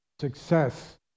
success